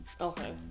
Okay